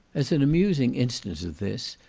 as an amusing instance of this,